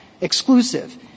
exclusive